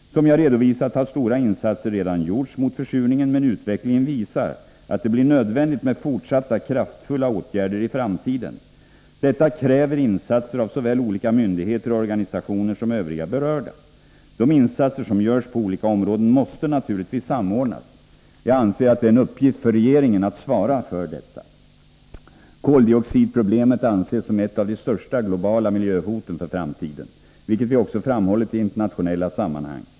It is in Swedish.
Som jag redovisat har stora insatser redan gjorts mot försurningen, men utvecklingen visar att det blir nödvändigt med fortsatta kraftfulla åtgärder i framtiden. Detta kräver insatser av såväl olika myndigheter och organisatio Nr 44 ner som övriga berörda. De insatser som görs på olika områden måste Måndagen den naturligtvis samordnas. Jag anser att det är en uppgift för regeringen att svara 12 december 1983 för detta. Koldioxidproblemet anses vara ett av de största globala miljöhoten för framtiden, vilket vi också framhållit i internationella sammanhang.